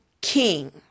king